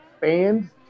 fans